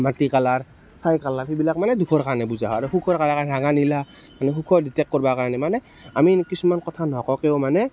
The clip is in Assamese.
মাটি কালাৰ ছাই কালাৰ সেইবিলাক মানে দুখৰ কাৰণে বুজায় আৰু সুখৰ কাৰণে ৰঙা নীলা মানে সুখৰ ডিটেক্ট কৰিবৰ কাৰণে মানে আমি কিছুমান কথা নোকোৱাকৈও মানে